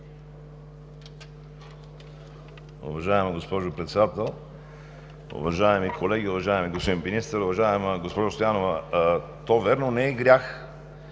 Уважаема госпожо Председател, уважаеми колеги, уважаеми господин Министър! Уважаема госпожо Стоянова, то вярно не е грях